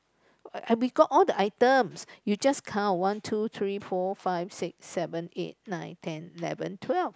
I I because all the items you just count one two three four five six seven eight nine ten eleven twelve